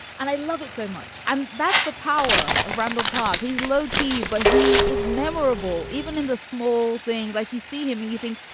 and i love it so much. and that's the power of randall park. he's low key, but he is memorable even in the small thing, like you see him and you think,